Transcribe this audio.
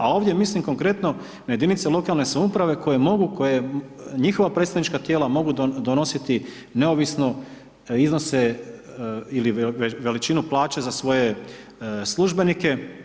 A ovdje mislim konkretno na jedinice lokalne samouprave koje mogu, koje njihova predstavnička tijela mogu donositi neovisno iznose ili veličinu plaća za svoje službenike.